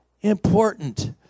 important